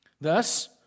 Thus